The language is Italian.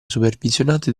supervisionate